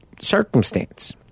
circumstance